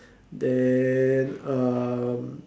then um